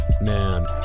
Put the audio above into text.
Man